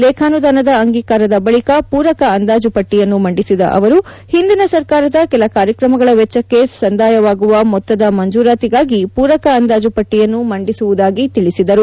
ಲೇಖಾನುಧಾನದ ಅಂಗೀಕಾರದ ಬಳಿಕ ಪೂರಕ ಅಂದಾಜುಪಟ್ಟಿಯನ್ನು ಮಂಡಿಸಿದ ಅವರು ಹಿಂದಿನ ಸರ್ಕಾರದ ಕೆಲ ಕಾರ್ಯಕ್ರಮಗಳ ವೆಚ್ಚಕ್ಕೆ ಸಂದಾಯವಾಗುವ ಮೊತ್ತದ ಮಂಜೂರಾತಿಗಾಗಿ ಪೂರಕ ಅಂದಾಜು ಪಟ್ಟಿಯನ್ನು ಮಂದಿಸುವುದಾಗಿ ತಿಳಿಸಿದರು